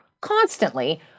constantly